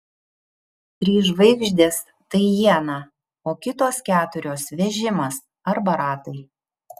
trys žvaigždės tai iena o kitos keturios vežimas arba ratai